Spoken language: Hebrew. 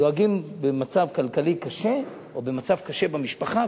במצב כלכלי קשה או במצב קשה במשפחה,